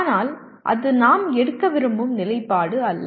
ஆனால் அது நாம் எடுக்க விரும்பும் நிலைப்பாடு அல்ல